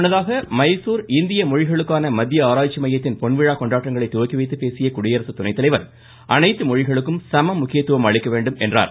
முன்னதாக மைசூர் இந்திய மொழிகளுக்கான மத்திய ஆராய்ச்சி மையத்தின் பொன்விழா கொண்டாட்டங்களை துவக்கி வைத்துப் பேசிய குடியரசு துணைத்தலைவர் அனைத்து மொழிகளுக்கும் சம முக்கியத்துவம் அளிக்க வேண்டும் என்றார்